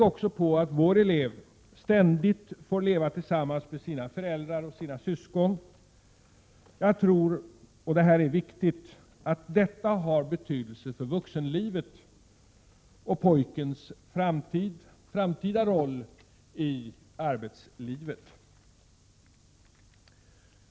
Eleven får också ständigt leva tillsammans med sina föräldrar och syskon. Detta har stor betydelse för vuxenlivet och pojkens framtida roll i arbetslivet.